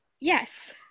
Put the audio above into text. Yes